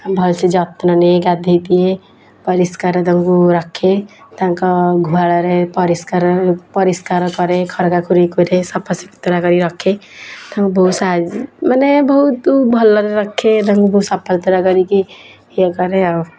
ଭଲସେ ଯତ୍ନ ନିଏ ଗାଧୋଇ ଦିଏ ପରିଷ୍କାର ତାଙ୍କୁ ରଖେ ତାଙ୍କ ଗୁହାଳରେ ପରିଷ୍କାର କରେ ଖରକା ଖୁରିକି କରେ ସଫା ସୁତୁରା କରିକି ରଖେ ମାନେ ବହୁତ ଭଲରେ ରଖେ ତାଙ୍କୁ ସଫା ସୁତୁରା କରିକି ଇଏ କରେ ଆଉ